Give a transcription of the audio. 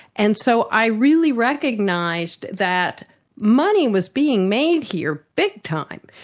and so i really recognised that money was being made here, big time.